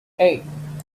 hey